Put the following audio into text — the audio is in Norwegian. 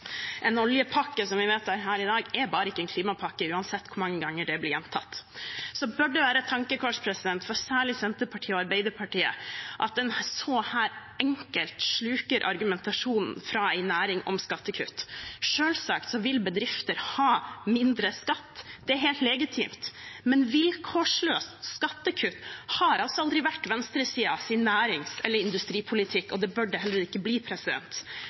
vi vedtar her i dag, er bare ikke en klimapakke, uansett hvor mange ganger det blir gjentatt. Det bør være et tankekors for særlig Senterpartiet og Arbeiderpartiet at en her så enkelt sluker argumentasjonen fra en næring om skattekutt. Selvsagt vil bedrifter ha mindre skatt, det er helt legitimt. Men vilkårsløst skattekutt har aldri vært venstresidens nærings- eller industripolitikk, og det bør det heller ikke bli.